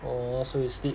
oh so you sleep